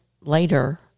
later